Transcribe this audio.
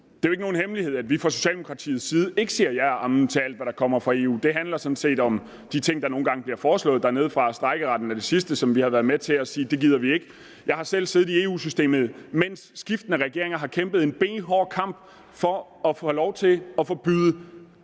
Det er jo ikke nogen hemmelighed, at vi fra Socialdemokratiets side ikke siger ja og amen til alt, hvad der kommer fra EU. Det handler sådan set om de ting, der nu engang bliver foreslået dernedefra. Strejkeretten er den seneste sag, hvor vi har været nødt til at sige, at det gider vi ikke. Jeg har selv siddet i EU-systemet, mens skiftende regeringer har kæmpet en benhård kamp for at få lov til at forbyde